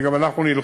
וגם אנחנו נלחץ